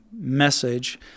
message